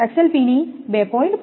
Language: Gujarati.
3 XLPE ની 2